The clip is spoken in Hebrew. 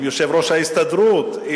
עם יושב-ראש ההסתדרות,